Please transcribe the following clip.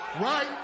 Right